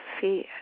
fear